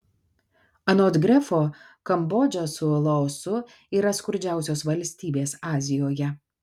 anot grefo kambodža su laosu yra skurdžiausios valstybės azijoje